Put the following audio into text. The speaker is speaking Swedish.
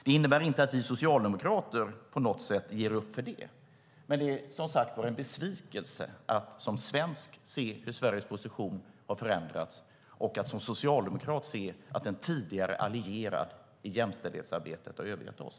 Det innebär inte att vi socialdemokrater ger upp för det, men det är som sagt en besvikelse att som svensk se hur Sveriges position har förändrats och att som socialdemokrat se att en tidigare allierad i jämställdhetsarbetet har övergett oss.